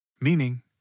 Meaning